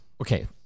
Okay